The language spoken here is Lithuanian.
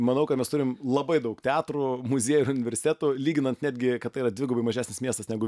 manau kad mes turim labai daug teatrų muziejų universitetų lyginant netgi kad tai yra dvigubai mažesnis miestas negu